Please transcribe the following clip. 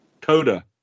Coda